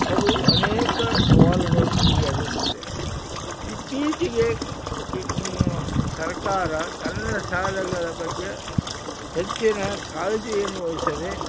ಅದು ಅನೇಕ ಸವಾಲುಗಳನ್ನು ಈಗ ಎದುರಿಸುತ್ತಿದೆ ಇತ್ತೀಚಿಗೆ ಈ ಸರಕಾರ ಕನ್ನಡ ಶಾಲೆಗಳ ಬಗ್ಗೆ ಹೆಚ್ಚಿನ ಕಾಳಜಿಯನ್ನು ವಹಿಸದೆ